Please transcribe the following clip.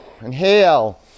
Inhale